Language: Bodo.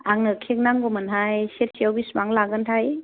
आंनो केक नांगौमोनहाय सेरसेयाव बेसेबां लागोनथाय